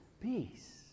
peace